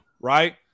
right